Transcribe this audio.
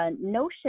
notion